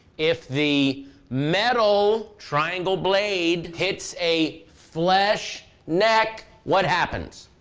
if the metal triangle blade hits a flesh neck, what happens?